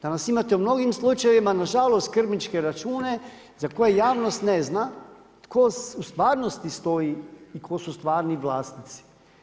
Danas imate u mnogima slučajevima nažalost skrbničke račune za koje javnost ne zna tko u stvarnosti stoji i tko su stvarni vlasnici.